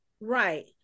Right